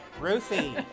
Ruthie